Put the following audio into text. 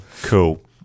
cool